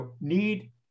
need